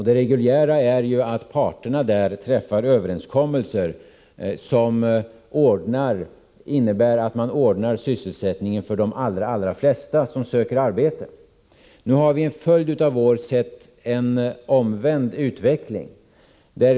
Det reguljära är att parterna träffar överenskommelser som innebär att man ordnar sysselsättning för de allra flesta som söker arbete. Nu har vi under en följd av år sett en omvänd utveckling.